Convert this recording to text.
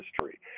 history